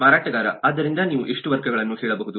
ಮಾರಾಟಗಾರ ಆದ್ದರಿಂದ ನೀವು ಎಷ್ಟು ವರ್ಗಗಳನ್ನು ಹೇಳಬಹುದು